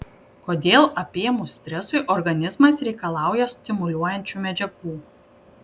kodėl apėmus stresui organizmas reikalauja stimuliuojančių medžiagų